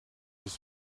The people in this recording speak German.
des